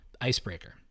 Icebreaker